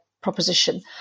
proposition